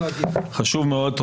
זה חשוב מאוד.